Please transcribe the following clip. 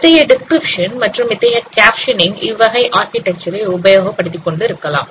இத்தகைய டிஸ்கிரிப்க்ஷன் மற்றும் இத்தகைய கேப்ஷேனிங் இவ்வகை ஆர்கிடெக்சர் ஐ உபயோக படுத்திக்கொண்டு இருக்கலாம்